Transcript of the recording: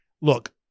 Look